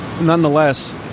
nonetheless